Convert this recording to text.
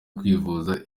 kwivuza